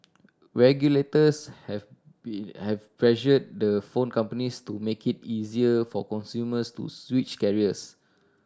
regulators have be have pressured the phone companies to make it easier for consumers to switch carriers